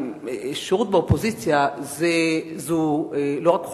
שירות באופוזיציה הוא לא רק חובה,